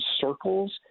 circles